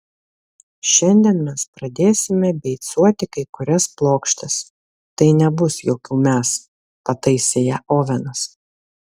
šiandien mes pradėsime beicuoti kai kurias plokštes tai nebus jokių mes pataisė ją ovenas